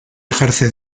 ejerce